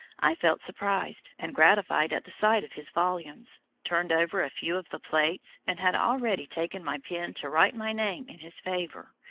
i felt surprised and gratified at the sight of his volumes, turned over a few of the plates, and had already taken my pen to write my name in his favour,